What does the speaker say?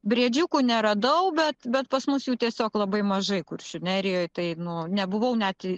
briedžiukų neradau bet bet pas mus jų tiesiog labai mažai kuršių nerijoj tai nu nebuvau net